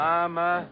Mama